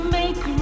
make